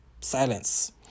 silence